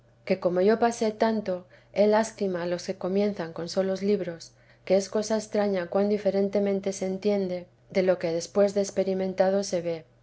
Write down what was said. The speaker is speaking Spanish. que como yo pasé tanto he lástima a los que comienzan con solos libros que es cosa extraña cuan diferentemente se entiende de lo que después de experimentado se ve